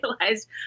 realized